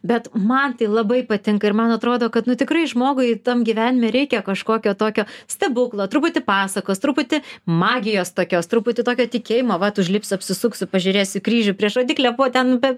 bet man tai labai patinka ir man atrodo kad nu tikrai žmogui tam gyvenime reikia kažkokio tokio stebuklo truputį pasakos truputį magijos tokios truputį tokio tikėjimo vat užlipsiu apsisuksiu pažiūrėsiu į kryžių prieš rodyklė buvo ten be